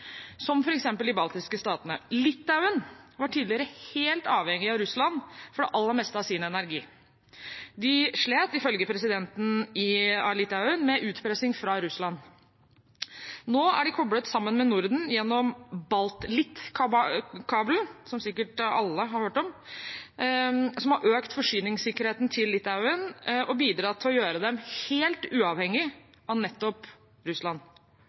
som f.eks. de baltiske statene. Litauen var tidligere helt avhengig av Russland for det aller meste av sin energi. De slet, ifølge presidenten i Litauen, med utpressing fra Russland. Nå er de koblet sammen med Norden gjennom BaltLit-kabelen, som sikkert alle har hørt om, som har økt forsyningssikkerheten til Litauen og bidratt til å gjøre dem helt uavhengig av nettopp Russland.